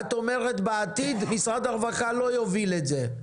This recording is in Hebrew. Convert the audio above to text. את אומרת בעתיד משרד הרווחה לא יוביל את זה,